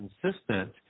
consistent